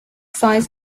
size